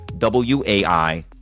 WAI